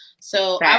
So-